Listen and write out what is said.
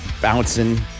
Bouncing